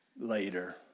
later